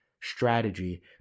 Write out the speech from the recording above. strategy